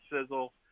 sizzle